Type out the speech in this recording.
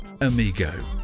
amigo